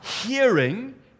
hearing